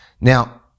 Now